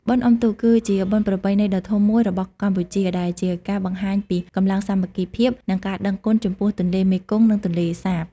បុណ្យអុំទូក គឺជាបុណ្យប្រពៃណីដ៏ធំមួយរបស់កម្ពុជា ដែលជាការបង្ហាញពីកម្លាំងសាមគ្គីភាព និងការដឹងគុណចំពោះទន្លេមេគង្គ និងទន្លេសាប។